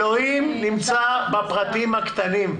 אלוהים נמצא בפרטים הקטנים.